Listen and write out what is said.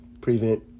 prevent